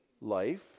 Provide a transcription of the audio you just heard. life